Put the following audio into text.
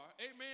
amen